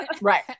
right